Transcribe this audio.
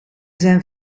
zijn